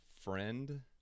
friend